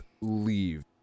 leave